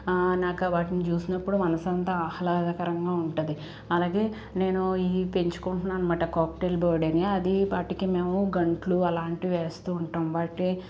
నాకా వాటిని చూసినప్పుడు మనసంతా ఆహ్లాదకరంగా ఉంటాది అలాగే నేను ఇవి పెంచుకుంటున్నాను కాక్టైల్ బర్డ్ అని అది ఈపాటికి మేము గంట్లు అలాంటివి చేస్తూ ఉంటాం వాటి